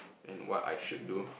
and what I should do